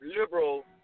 liberal